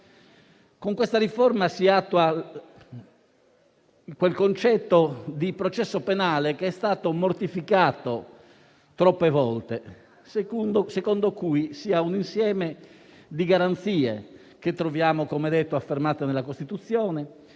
Con questa riforma si attua quel concetto di processo penale che è stato mortificato troppe volte, secondo cui si ha un insieme di garanzie, che troviamo affermate nella Costituzione,